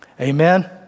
Amen